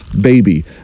baby